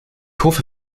hoffe